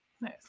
Nice